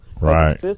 right